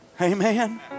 Amen